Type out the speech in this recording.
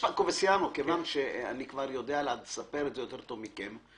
כיוון שאני כבר יודע לספר את זה יותר טוב מכם,